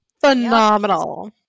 phenomenal